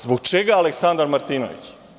Zbog čega Aleksandar Martinović?